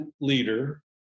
leader